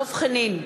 דב חנין,